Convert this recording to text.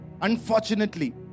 unfortunately